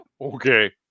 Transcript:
Okay